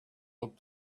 looked